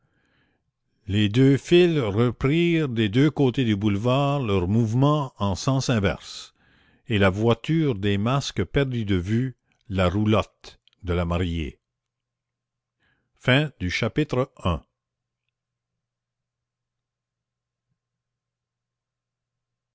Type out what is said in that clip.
les deux files reprirent des deux côtés du boulevard leur mouvement en sens inverse et la voiture des masques perdit de vue la roulotte de la mariée chapitre ii